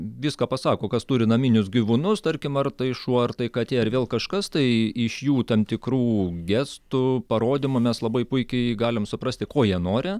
viską pasako kas turi naminius gyvūnus tarkim ar tai šuo ar tai katė ar vėl kažkas tai iš jų tam tikrų gestų parodymų mes labai puikiai galim suprasti ko jie nori